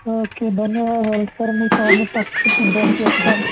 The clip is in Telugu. ఓకే ధన్యవాదాలు సార్ మీ కార్ని పక్కా శుభ్రం చేస్తాం